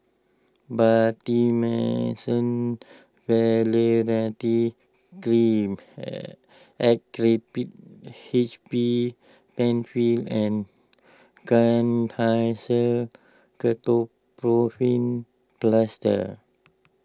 Betamethasone Valerate Cream Actrapid H B Penfill and Kenhancer Ketoprofen Plaster